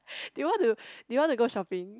do you want to do you want to go shopping